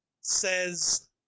says